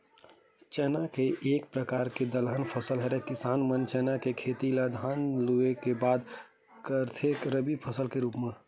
चना एक परकार के दलहन फसल हरय किसान मन चना के खेती ल धान लुए के बाद करथे रबि फसल के रुप म